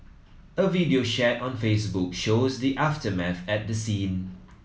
a video shared on Facebook shows the aftermath at the scene